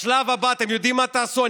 בשלב הבא, אתם יודעים מה תעשו?